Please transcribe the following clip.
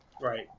Right